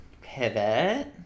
Pivot